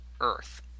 Earth